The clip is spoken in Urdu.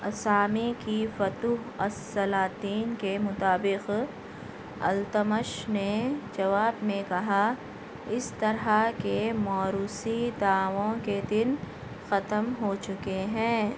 اسامی کی فتوح الصلاتین کے مطابق التتمش نے جواب میں کہا اس طرح کے موروثی دعووں کے دن ختم ہو چکے ہیں